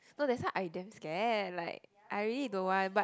so that's why I damn scared like I really don't want but